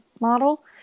model